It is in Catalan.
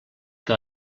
que